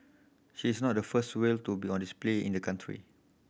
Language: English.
she is not the first whale to be on display in the country